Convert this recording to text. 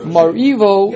Marivo